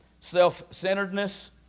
Self-centeredness